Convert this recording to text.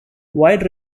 wide